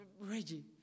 Reggie